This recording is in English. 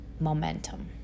momentum